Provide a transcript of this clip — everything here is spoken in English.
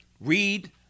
Read